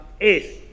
es